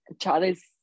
charlie's